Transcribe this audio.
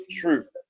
true